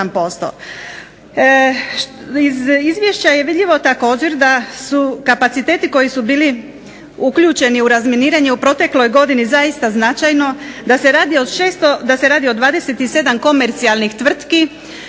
Iz izvješća je vidljivo također da su kapaciteti koji su bili uključeni u razminiranje u protekloj godini zaista značajno da se radi o 27 komercijalnih tvrtki,